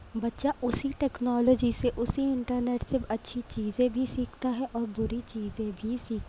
بچہ اسی ٹیکنالوجی سے اسی انٹرنیٹ سے اچھی چیزیں بھی سیکھتا ہے اور بری چیزیں بھی سیکھتا ہے